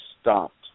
stopped